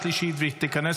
שנייה.